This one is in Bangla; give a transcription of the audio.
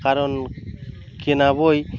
কারণ কেনা বই